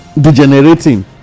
degenerating